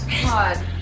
God